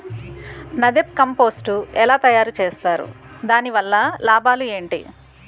NADEP compost ఎలా తయారు చేస్తారు? దాని వల్ల లాభాలు ఏంటి?